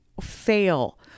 fail